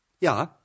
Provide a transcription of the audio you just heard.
Ja